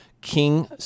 King